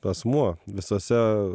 asmuo visuose